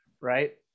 right